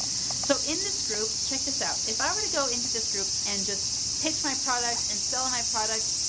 so in this group, check this out. if i were to go into this group and just pitch my product and sell and my product,